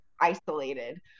isolated